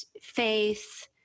faith